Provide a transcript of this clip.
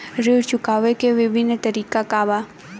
ऋण चुकावे के विभिन्न तरीका का बा?